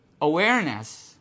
awareness